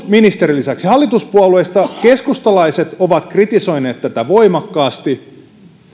ministerin lisäksi hallituspuolueista keskustalaiset ovat kritisoineet tätä voimakkaasti